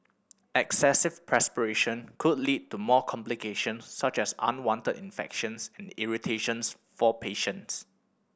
excessive perspiration could lead to more complications such as unwanted infections and irritations for patients